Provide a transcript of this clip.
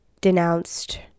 denounced